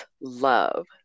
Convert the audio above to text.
love